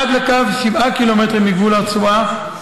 עד לקו שבעה ק"מ מגבול הרצועה,